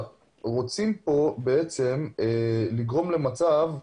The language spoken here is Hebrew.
רוצים לגרום למצב אידיאלי,